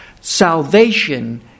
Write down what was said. Salvation